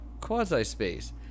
quasi-space